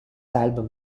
album